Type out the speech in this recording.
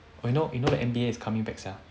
you know you know the N_B_A is coming back sia